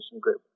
group